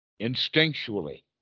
instinctually